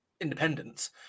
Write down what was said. independence